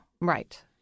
right